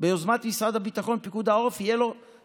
ביוזמת משרד הביטחון ופיקוד העורף יהיה